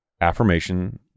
affirmation